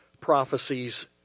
prophecies